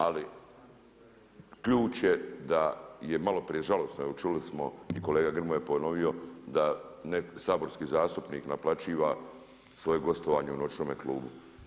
Ali, ključ je da malo, prije žalosno, evo čuli smo i kolega Grmoja je ponovio, da saborski zastupnik, naplaćiva svoje gostovanje u noćnome klubu.